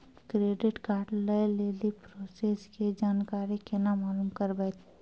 Credit card लय लेली process के जानकारी केना मालूम करबै?